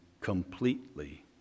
completely